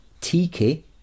Tiki